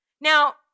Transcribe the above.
Now